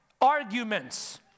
arguments